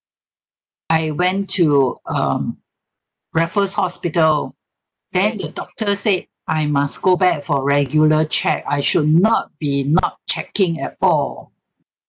I went to um raffles hospital then the doctor said I must go back for regular check I should not be not checking at all